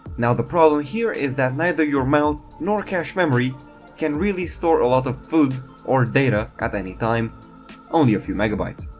now, the problem here is that neither your mouth nor cache memory can really store a lot of food or data at any time only a few megabytes.